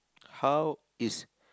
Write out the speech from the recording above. how is